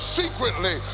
secretly